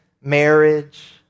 marriage